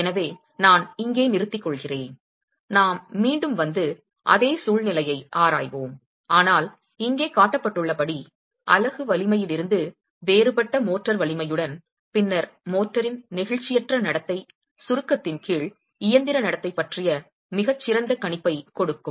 எனவே நான் இங்கே நிறுத்திக்கொள்கிறேன் நாம் மீண்டும் வந்து அதே சூழ்நிலையை ஆராய்வோம் ஆனால் இங்கே காட்டப்பட்டுள்ளபடி அலகு வலிமையிலிருந்து வேறுபட்ட மோர்டார் வலிமையுடன் பின்னர் மோர்டாரின் நெகிழ்ச்சியற்ற நடத்தை சுருக்கத்தின் கீழ் இயந்திர நடத்தை பற்றிய மிகச் சிறந்த கணிப்பைக் கொடுக்கும்